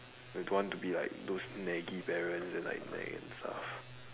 I don't want to be like those naggy parents then like nag and stuff